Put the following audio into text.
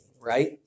right